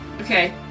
Okay